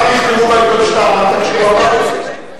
מחר יכתבו בעיתון שאתה אמרת, כשהוא אמר את זה.